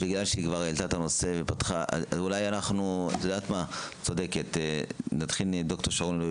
בעצם, נתחיל מדוקטור אלרואי